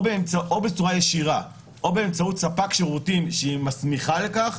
או בצורה ישירה או באמצעות ספקי שירותים שהיא מסמיכה לכך,